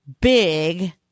big